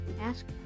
Ask